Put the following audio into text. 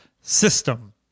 System